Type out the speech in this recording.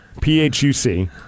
P-H-U-C